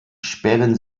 sperren